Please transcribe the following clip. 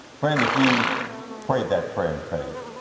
friend if you prayed that prayer in faith,